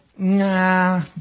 nah